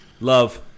love